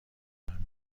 میدونم